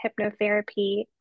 hypnotherapy